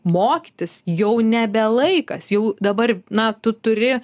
mokytis jau nebe laikas jau dabar na tu turi